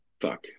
fuck